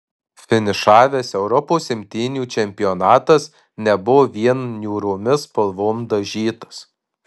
finišavęs europos imtynių čempionatas nebuvo vien niūriomis spalvom dažytas